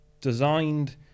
designed